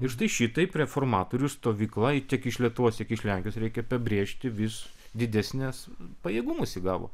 ir štai šitaip reformatorių stovykla tiek iš lietuvos tiek iš lenkijos reikia pabrėžti vis didesnes pajėgumus įgavo